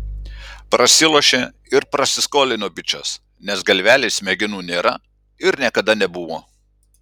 prasilošė ir prasiskolino bičas nes galvelėj smegenų nėra ir niekada nebuvo